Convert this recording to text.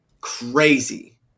crazy